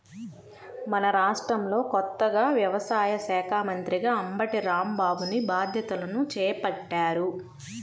మన రాష్ట్రంలో కొత్తగా వ్యవసాయ శాఖా మంత్రిగా అంబటి రాంబాబుని బాధ్యతలను చేపట్టారు